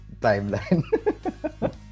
timeline